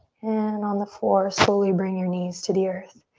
and on the four, slowly bring your knees to the earth.